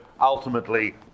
ultimately